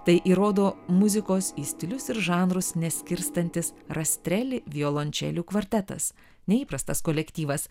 tai įrodo muzikos į stilius ir žanrus neskirstantis rastreli violončelių kvartetas neįprastas kolektyvas